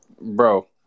Bro